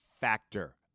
Factor